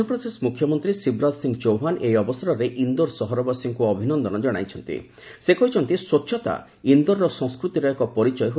ମଧ୍ୟପ୍ରଦେଶ ମୁଖ୍ୟମନ୍ତ୍ରୀ ଶିବରାଜ ସିଂ ଚୌହାନ ଏହି ଅବସରରେ ଇନ୍ଦୋର ସହରବାସୀଙ୍କୁ ଅଭିନନ୍ଦନ ଜଣାଇ କହିଛନ୍ତି ସ୍ୱଚ୍ଛତା ଇନ୍ଦୋରର ସଂସ୍କୃତିର ଏକ ପରିଚୟ ହୋଇଯାଇଛି